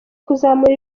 kuzamura